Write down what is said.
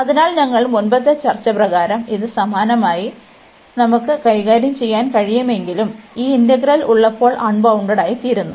അതിനാൽ ഞങ്ങൾ മുമ്പത്തെ ചർച്ച പ്രകാരം ഇതു സമാനമായി നമുക്ക് കൈകാര്യം ചെയ്യാൻ കഴിയുമെങ്കിലും ഈ ഇന്റഗ്രൽ ഉള്ളപ്പോൾ അൺബൌണ്ടഡ്ഡായിത്തീരുന്നു